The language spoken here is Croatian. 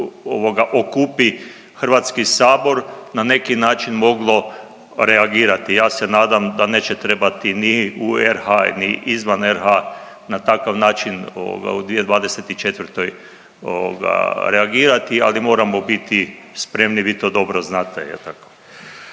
se okupi HS na neki način moglo reagirati. Ja se nadam da neće trebati ni u RH ni izvan RH na takav način u 2024. reagirati, ali moramo biti spremni vi to dobro znate